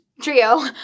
trio